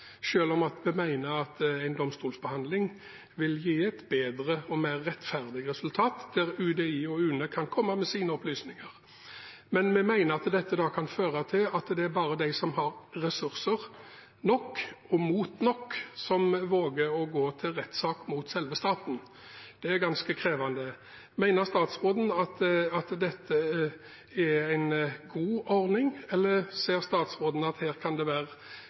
om vi mener at domstolsbehandling vil gi et bedre og mer rettferdig resultat, der UDI og UNE kan komme med sine opplysninger, mener vi det kan føre til at det bare er dem som har ressurser nok og mot nok, som våger å gå til rettssak mot selve staten. Det er ganske krevende. Mener statsråden at dette er en god ordning, eller ser statsråden at det her kan være